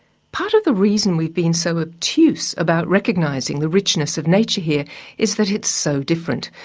part of the reason we've been so obtuse about recognising the richness of nature here is that it's so different,